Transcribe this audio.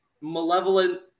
malevolent